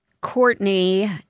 Courtney